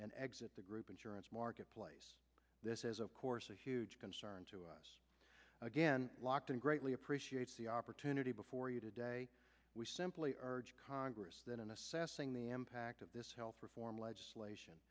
and exit the group insurance marketplace this is of course a huge concern to us again locked and greatly appreciate the opportunity before you today we simply urge congress that in assessing the m pact of this health reform legislation